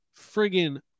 friggin